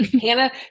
Hannah